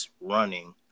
running